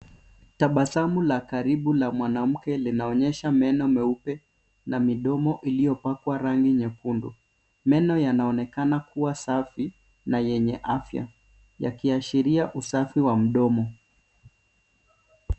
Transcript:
Tabasamu la karibu la mwanamke linaonyesha meno meupe na midomo iliyopakwa rangi nyekundu. Meno yanaonekana kuwa safi na yenye afya, yakiashiria usafi wa mdomo.